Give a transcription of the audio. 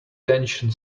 detention